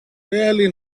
really